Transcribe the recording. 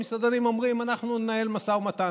המסעדנים אומרים: אנחנו ננהל משא ומתן,